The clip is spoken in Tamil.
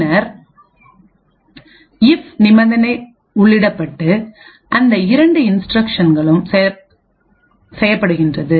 பின்னர் இப் நிபந்தனை உள்ளிடப்பட்டு இந்த இரண்டு இன்ஸ்டிரக்ஷன்களும் செய்யப்படுகின்றது